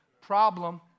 Problem